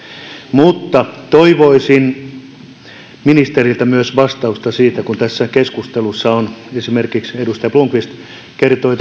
mutta toivoisin ministeriltä myös vastausta siihen kun tässä keskustelussa esimerkiksi edustaja blomqvist kertoi